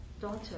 daughter